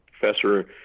professor